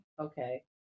okay